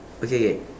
okay okay